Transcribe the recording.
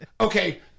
Okay